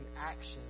action